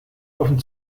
offen